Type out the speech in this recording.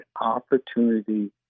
opportunity